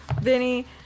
Vinny